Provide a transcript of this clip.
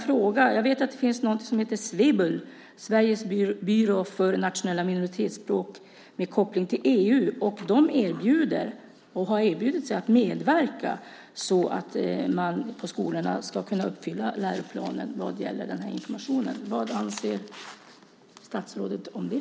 Jag vet att det finns något som heter Sweblul - Sveriges byrå för nationella minoritetsspråk med koppling till EU. De har erbjudit sig att medverka så att man på skolorna ska kunna uppfylla läroplanen när det gäller den här informationen. Vad anser statsrådet om det?